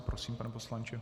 Prosím, pane poslanče.